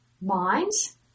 minds